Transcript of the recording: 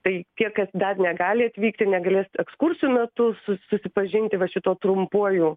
tai tiek kad dar negali atvykti negalės ekskursijų metu susipažinti va šito trumpuoju